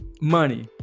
money